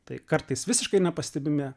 tai kartais visiškai nepastebimi